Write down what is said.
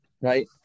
Right